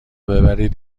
ببرید